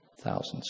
thousands